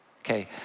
Okay